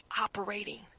operating